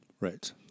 Right